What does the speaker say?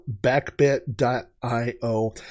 backbit.io